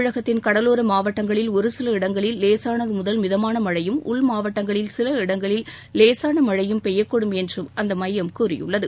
தமிழகத்தின் கடலோர மாவட்டங்களில் ஒருசில இடங்களில் லேசானது முதல் மிதமான மழையும் உள்மாவட்டங்களில் சில இடங்களில் லேசான மழையும் பெய்யக்கூடும் என்றும் அந்த மழையும் கூறியுள்ளது